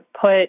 put